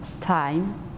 time